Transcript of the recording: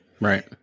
Right